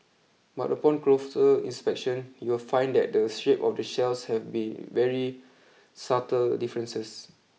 but upon closer inspection you will find that the shape of the shells have be very subtle differences